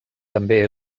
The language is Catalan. també